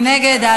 מי נגד?